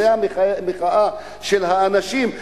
זה המחאה של האנשים,